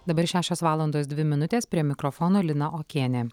dabar šešios valandos dvi minutės prie mikrofono lina okienė